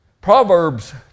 Proverbs